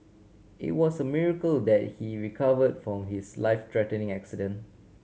it was a miracle that he recovered from his life threatening accident